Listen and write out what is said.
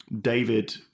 David